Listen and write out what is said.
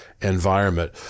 environment